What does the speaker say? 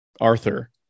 arthur